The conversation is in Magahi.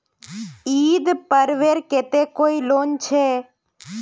ईद पर्वेर केते कोई लोन छे?